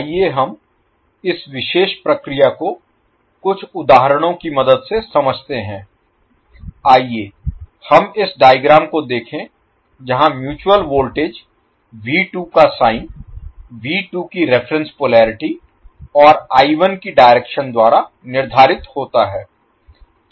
आइए हम इस विशेष प्रक्रिया को कुछ उदाहरणों की मदद से समझते हैं आइए हम इस डायग्राम को देखें जहां म्यूचुअल वोल्टेज का साइन की रिफरेन्स पोलेरिटी और की डायरेक्शन द्वारा निर्धारित होता है